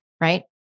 right